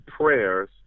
prayers